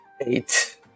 Eight